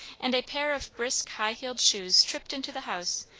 and a pair of brisk high-heeled shoes tripped into the house,